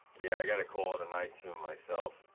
yeah, i gotta call it a night to myself.